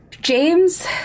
James